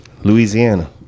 Louisiana